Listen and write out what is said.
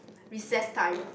recess time